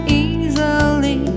easily